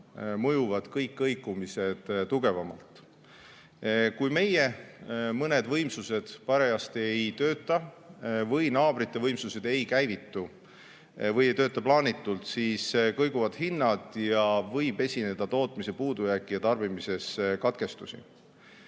kõik kõikumised tugevamalt. Kui mõned meie võimsused parajasti ei tööta või naabrite võimsused ei käivitu või ei tööta plaanitult, siis kõiguvad hinnad ja võib esineda tootmises puudujääki ja tarbimises katkestusi.